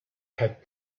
had